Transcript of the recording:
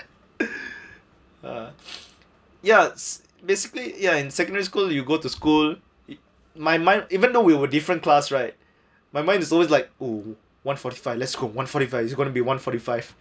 uh yes basically ya in secondary school you go to school my mind even though we were different class right my mind is always like oh one forty five let's go one forty five it's gonna be one forty five